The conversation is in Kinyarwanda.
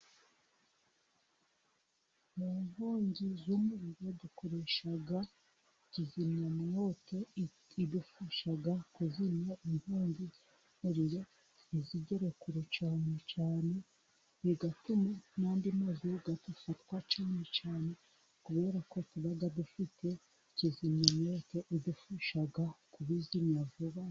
Munkongi y'umuriro dukoresha kizimyamwoto idufasha kuzimya inkongi y'umuriro ntizigera ku bantu cyane bigatuma nandi mazigagafatwa cyane cyane kubera ko tuba dufite kizimyamwoto yadufashaga kubizimya vuba.